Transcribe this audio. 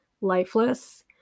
lifeless